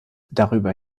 darüber